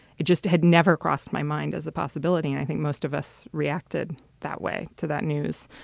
it just had never crossed my mind as a possibility. and i think most of us reacted that way to that news.